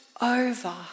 over